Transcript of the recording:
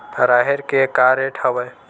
राहेर के का रेट हवय?